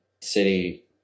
City